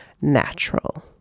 natural